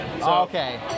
Okay